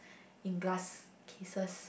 in glass cases